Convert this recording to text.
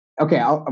Okay